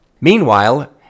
Meanwhile